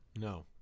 No